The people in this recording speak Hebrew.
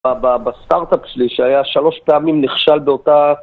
בסטארט-אפ שלי, שהיה שלוש פעמים נכשל באותה...